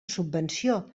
subvenció